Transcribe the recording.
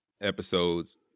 episodes